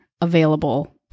available